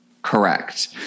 Correct